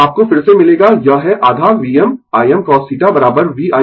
और आपको फिर से मिलेगा यह है आधा VmImcos θ V Icos θ